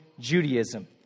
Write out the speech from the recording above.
Judaism